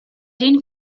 این